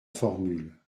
formule